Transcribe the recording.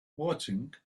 watching